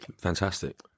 fantastic